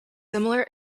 similar